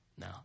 no